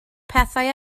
pethau